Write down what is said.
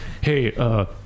hey